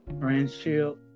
friendship